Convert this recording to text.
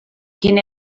quin